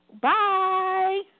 Bye